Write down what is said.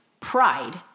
Pride